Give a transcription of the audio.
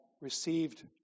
received